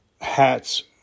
hats